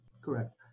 correct